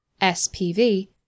SPV